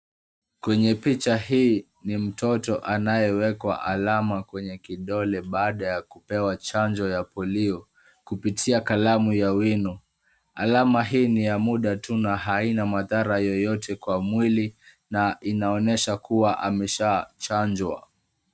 Kwenye picha hii ni mtoto anayewekwa alama kwenye kidole baada ya kupewa chanjo ya polio kupitia kalamu ya wino. Alama hii ni ya muda tu na haina madhara yoyote kwa mwili na inaonyesha kuwa ameshachanjwa.